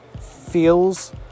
feels